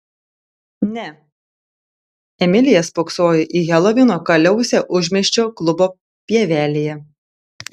ne emilija spoksojo į helovino kaliausę užmiesčio klubo pievelėje